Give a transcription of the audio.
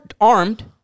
armed